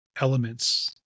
elements